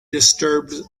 disturbed